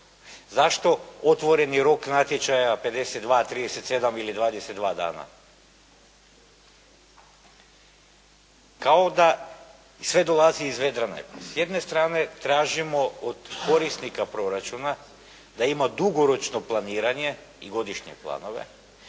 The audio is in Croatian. Zašto otvoreni rok natječaja 52, 37 ili 22 dana? Kao da sve dolazi iz vedra neba. S jedne strane tražimo od korisnika proračuna da ima dugoročno planiranje i godišnje planove.